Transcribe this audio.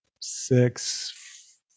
Six